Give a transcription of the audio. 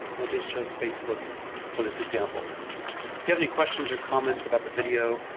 i just chose facebook for this example, if you have any questions or comments about the video,